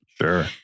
Sure